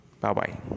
bye-bye